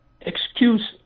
excuse